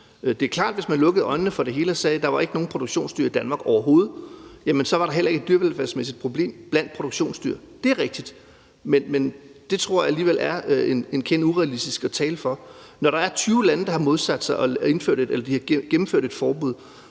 Det er klart, at hvis man lukkede øjnene for det hele og sagde, at der ikke var nogen produktionsdyr i Danmark overhovedet, så var der heller ikke et dyrevelfærdsmæssigt problem blandt produktionsdyr. Det er rigtigt. Men det tror jeg alligevel er en kende urealistisk at tale for. Når der er 20 lande, der har modsat sig det og